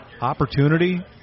opportunity